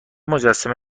مجسمه